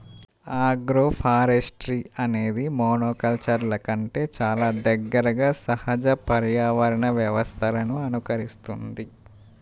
agroforestry అనేది మోనోకల్చర్ల కంటే చాలా దగ్గరగా సహజ పర్యావరణ వ్యవస్థలను అనుకరిస్తుంది